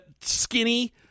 skinny